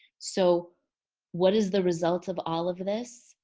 so what is the result of all of this?